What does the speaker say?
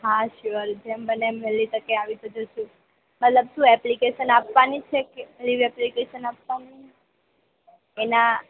હા સ્યોર જેમ બને એમ વહેલી તકે આવી તો જઈશું મતલબ શું એપ્લિકેશન આપવાની છે કે લીવ એપ્લિકેશન આપવાની